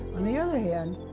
on the other hand,